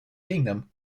kingdom